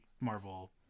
Marvel